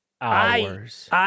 hours